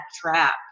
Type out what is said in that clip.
trap